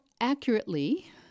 accurately